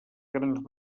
grans